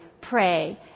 pray